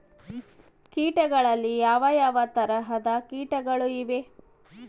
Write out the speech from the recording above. ಕೇಟಗಳಲ್ಲಿ ಯಾವ ಯಾವ ತರಹದ ಕೇಟಗಳು ಇವೆ?